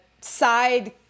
side